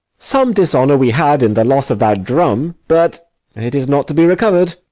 some dishonour we had in the loss of that drum but it is not to be recovered.